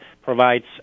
provides